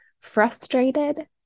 frustrated